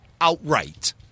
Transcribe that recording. outright